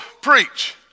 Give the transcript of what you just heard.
preach